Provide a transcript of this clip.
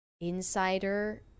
insider